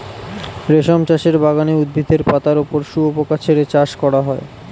রেশম চাষের বাগানে উদ্ভিদের পাতার ওপর শুয়োপোকা ছেড়ে চাষ করা হয়